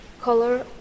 color